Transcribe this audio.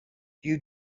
you